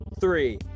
three